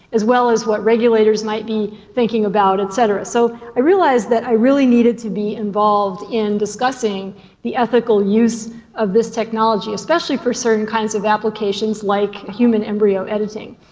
as well as what regulators might be thinking about et cetera. so i realised that i really needed to be involved in discussing the ethical use of this technology, especially for certain kinds of applications like human embryo editing.